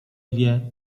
wie